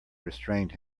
restrained